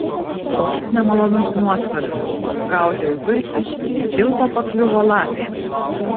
koks nemalonus nuostolis gaudžiau zuikį į kilpą pakliuvo lapė